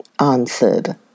answered